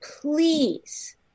Please